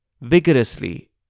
vigorously